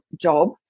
job